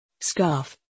Scarf